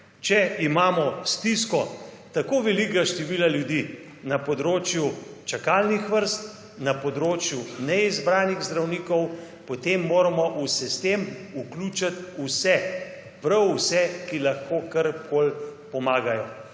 Če imamo stisko tako velikega števila ljudi na področju čakalnih vrst, na področju neizbranih zdravnikov, potem moramo v sistem vključit vse, prav vse, ki lahko karkoli pomagajo.